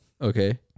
Okay